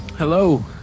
Hello